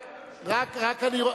רק אני,